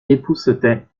époussetait